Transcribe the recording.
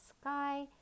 sky